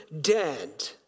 dead